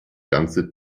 ganze